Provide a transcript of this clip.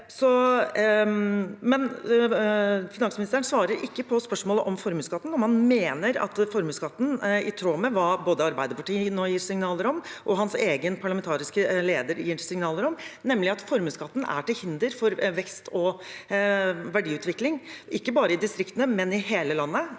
Finansministeren svarer ikke på spørsmålet om formuesskatten – om han i tråd med det både Arbeiderpartiet og hans egen parlamentariske leder gir signaler om, mener at formuesskatten er til hinder for vekst og verdiutvikling, ikke bare i distriktene, men i hele landet.